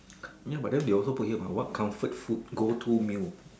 ya but then they also talking about what comfort food go to meal